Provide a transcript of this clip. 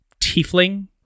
tiefling